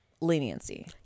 leniency